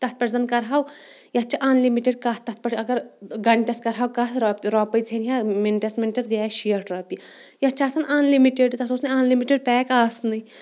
تَتھ پٮ۪ٹھ زَن کَرٕہو یَتھ چھِ اَن لِمِٹِڈ کَتھ تَتھ پٮ۪ٹھ اگر گَنٹَس کَرٕہو کَتھۄ رۄپَے ژھیٚنہِ ہا مِنٹس مِنٹَس گے شیٹھ رۄپیہِ یَتھ چھِ آسن اَن لِمِٹِڈ تَتھ اوس نہٕ اَن لِمِٹِڈ پیک آسنٕے